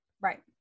right